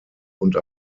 und